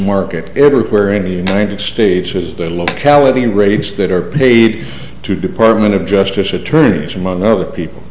more every where in the united states has their locality and rates that are paid to department of justice attorneys among other people